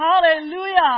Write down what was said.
Hallelujah